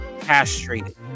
castrated